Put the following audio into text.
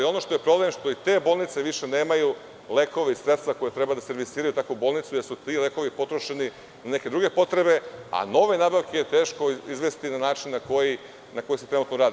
Ono što je problem je što te bolnice više nemaju lekove i sredstva koja treba da se servisiraju jer su ti lekovi potrošeni na neke druge potrebe, a nove nabavke je teško izvesti na način na koji se trenutno radi.